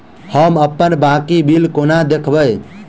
हम अप्पन बाकी बिल कोना देखबै?